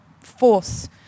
force